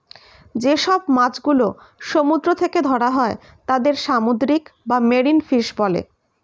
যে সব মাছ গুলো সমুদ্র থেকে ধরা হয় তাদের সামুদ্রিক বা মেরিন ফিশ বলে